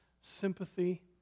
sympathy